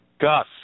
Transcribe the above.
Gus